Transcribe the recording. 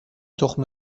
تخم